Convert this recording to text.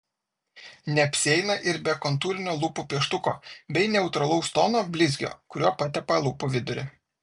neapsieina ir be kontūrinio lūpų pieštuko bei neutralaus tono blizgio kuriuo patepa lūpų vidurį